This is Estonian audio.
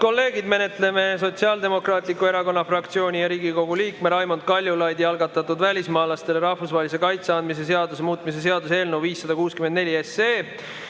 kolleegid! Me menetleme Sotsiaaldemokraatliku Erakonna fraktsiooni ja Riigikogu liikme Raimond Kaljulaidi algatatud välismaalasele rahvusvahelise kaitse andmise seaduse muutmise seaduse eelnõu 564 ja